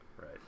right